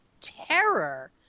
terror